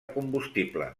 combustible